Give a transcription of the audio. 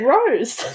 Rose